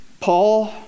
Paul